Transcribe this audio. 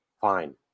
Fine